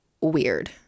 weird